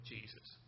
Jesus